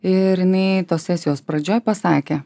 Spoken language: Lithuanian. ir jinai tos sesijos pradžioj pasakė